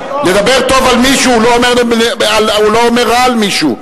לדבר טוב על מישהו, הוא לא אומר רע על מישהו.